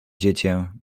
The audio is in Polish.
dziecię